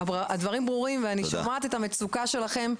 הדברים ברורים, ואני שומעת את המצוקה שלכם,